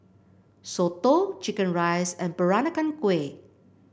soto chicken rice and Peranakan Kueh